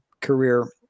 career